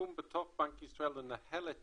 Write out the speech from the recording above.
שתקום בתוך בנק ישראל לנהל את